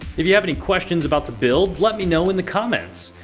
if you have any questions about the build, let me know in the comments!